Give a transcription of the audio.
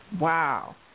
Wow